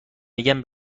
میگن